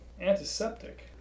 antiseptic